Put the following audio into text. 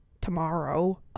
tomorrow